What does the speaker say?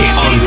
on